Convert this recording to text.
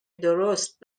درست